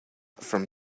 from